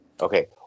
Okay